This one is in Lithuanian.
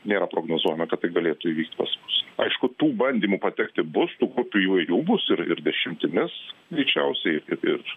nėra prognozuojama kad tai galėtų įvykt pas mus aišku tų bandymų patekti bus tų grupių įvairių bus ir ir dešimtimis greičiausiai ir